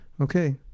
Okay